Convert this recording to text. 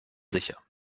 sicher